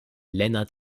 lennart